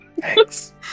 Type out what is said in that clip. Thanks